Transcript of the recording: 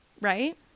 Right